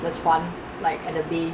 just right like at the bay